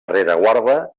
rereguarda